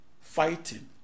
fighting